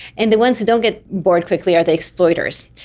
and the ones who don't get bored quickly are the exploiters.